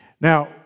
Now